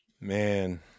man